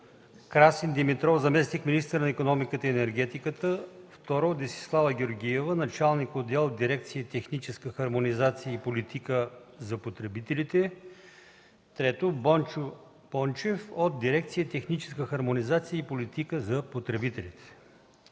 Красин Димитров – заместник-министър на икономиката и енергетиката, Десислава Георгиева – началник отдел в дирекция „Техническа хармонизация и политика за потребителите“, Бончо Бончев от дирекция „Техническа хармонизация и политика за потребителите“.